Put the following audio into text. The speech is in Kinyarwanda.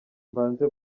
mbanze